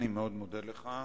אני מאוד מודה לך.